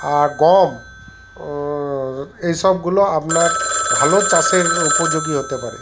আর গম এসবগুলো আপনার ভালো চাষের উপযোগী হতে পারে